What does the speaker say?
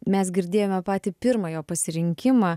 mes girdėjome patį pirmą jo pasirinkimą